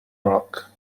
rock